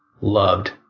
loved